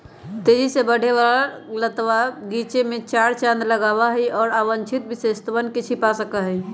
तेजी से बढ़े वाला लतवा गीचे में चार चांद लगावा हई, और अवांछित विशेषतवन के छिपा सका हई